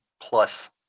plus